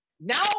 now